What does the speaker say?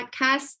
podcast